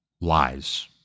lies